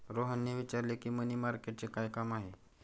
रोहनने विचारले, मनी मार्केटचे काय काम आहे?